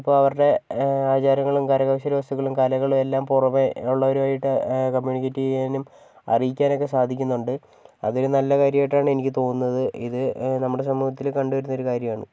അപ്പം അവരുടെ ആചാരങ്ങളും കരകൗശല വസ്തുക്കളും കലകളുമെല്ലാം പുറമെ ഉള്ളവരുമായിട്ട് കമ്മ്യൂണികേറ്റ് ചെയ്യാനും അറിയിക്കാനൊക്കെ സാധിക്കുന്നുണ്ട് അതൊരു നല്ല കാര്യമായിട്ടാണ് എനിക്ക് തോന്നുന്നത് ഇത് നമ്മുടെ സമൂഹത്തിൽ കണ്ടുവരുന്നൊരു കാര്യമാണ്